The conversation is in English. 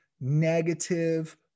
negative